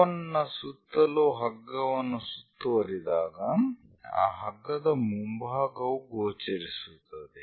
cone ನ ಸುತ್ತಲೂ ಹಗ್ಗವನ್ನು ಸುತ್ತುವರಿದಾಗ ಆ ಹಗ್ಗದ ಮುಂಭಾಗವು ಗೋಚರಿಸುತ್ತದೆ